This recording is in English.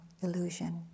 illusion